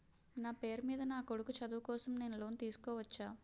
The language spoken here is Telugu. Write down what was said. నా పేరు మీద నా కొడుకు చదువు కోసం నేను లోన్ తీసుకోవచ్చా?